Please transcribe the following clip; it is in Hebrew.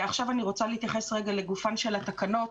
עכשיו אני רוצה להתייחס לגופן של התקנות,